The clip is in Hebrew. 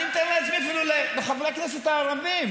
אני מתאר לעצמי שאפילו לחברי הכנסת הערבים,